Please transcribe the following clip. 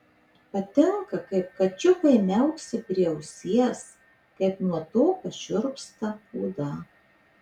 patinka kaip kačiukai miauksi prie ausies kaip nuo to pašiurpsta oda